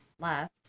left